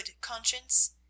conscience